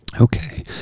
Okay